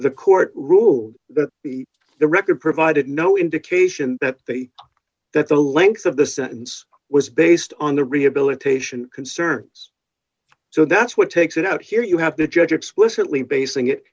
the court ruled that the record provided no indication that the that the length of the sentence was based on the rehabilitation concerns so that's what takes it out here you have to judge explicitly basing it